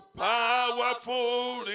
powerful